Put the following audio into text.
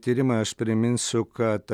tyrimą aš priminsiu kad